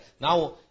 Now